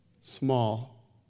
small